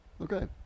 Okay